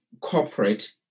corporate